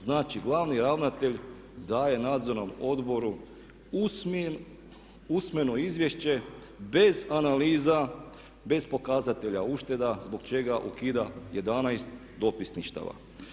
Znači, glavni ravnatelj daje nadzornom odboru usmeno izvješće bez analiza, bez pokazatelja ušteda zbog čega ukida 11 dopisništava.